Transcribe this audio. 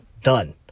done